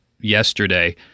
yesterday